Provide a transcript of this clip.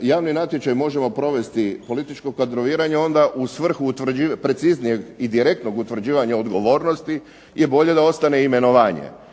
javni natječaj možemo provesti političko kadroviranje onda u svrhu preciznijeg i direktnog utvrđivanja odgovornosti je bolje da ostane imenovanje,